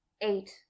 eight